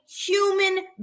human